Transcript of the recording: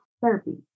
Therapy